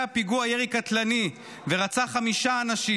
פיגוע ירי קטלני ורצח חמישה אנשים,